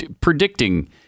predicting